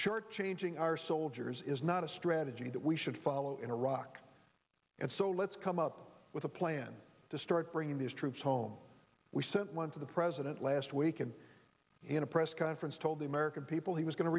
short changing our soldiers is not a strategy that we should follow in iraq and so let's come up with a plan to start bringing these troops home we sent one to the president last week and he in a press conference told the american people he was going to